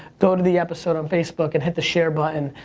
go to the episode on facebook and hit the share button.